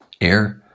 Air